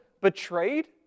betrayed